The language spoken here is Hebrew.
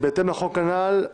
בהתאם לחוק הנ"ל,